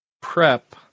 prep